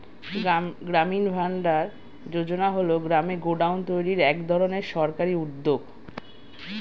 গ্রামীণ ভান্ডার যোজনা হল গ্রামে গোডাউন তৈরির এক ধরনের সরকারি উদ্যোগ